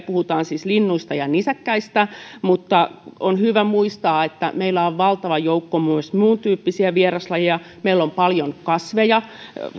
puhutaan siis linnuista ja nisäkkäistä mutta on hyvä muistaa että meillä on valtava joukko myös muuntyyppisiä vieraslajeja meillä on paljon kasveja